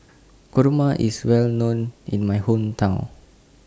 Kurma IS Well known in My Hometown